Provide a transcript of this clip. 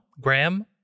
Graham